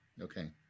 okay